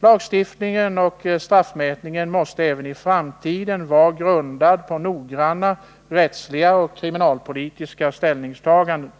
Lagstiftningen och straffmätningen måste även i framtiden vara grundad på noggranna rättsliga och kriminalpolitiska ställningstaganden.